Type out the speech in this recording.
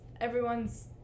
everyone's